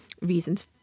reasons